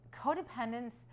codependence